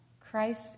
Christ